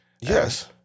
Yes